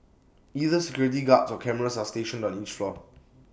either security guards or cameras are stationed on each floor